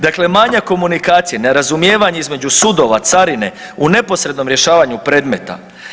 Dakle, manjak komunikacije, nerazumijevanje između sudova, carine u neposrednom rješavanju predmeta.